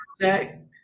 check